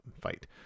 fight